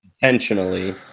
intentionally